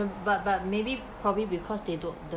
but but maybe probably because they don't